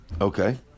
Okay